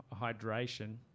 hydration